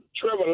Trevor